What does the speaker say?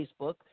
Facebook